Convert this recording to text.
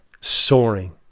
soaring